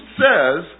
says